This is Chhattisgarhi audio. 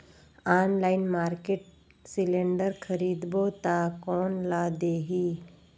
ऑनलाइन मार्केट सिलेंडर खरीदबो ता कोन ला देही?